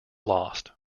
lost